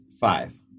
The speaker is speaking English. five